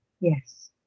Yes